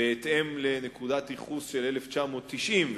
בהתאם לנקודת הייחוס 1990,